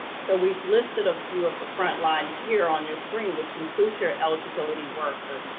so we've listed a few of the front line here on your screen which includes your eligibility worker,